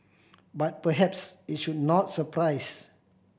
but perhaps it should not surprise